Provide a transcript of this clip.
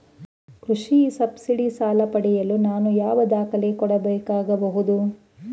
ಕೃಷಿ ಸಬ್ಸಿಡಿ ಸಾಲ ಪಡೆಯಲು ನಾನು ಯಾವ ದಾಖಲೆ ಕೊಡಬೇಕಾಗಬಹುದು?